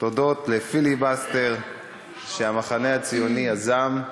הודות לפיליבסטר שהמחנה הציוני יזם,